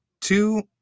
two